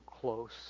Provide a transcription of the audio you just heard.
close